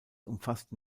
umfasste